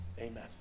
Amen